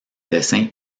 dessins